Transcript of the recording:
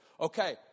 okay